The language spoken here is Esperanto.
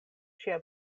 ŝia